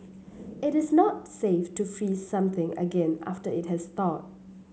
it is not safe to freeze something again after it has thawed